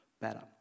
better